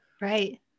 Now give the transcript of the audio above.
Right